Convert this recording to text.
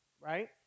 right